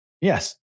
yes